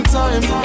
time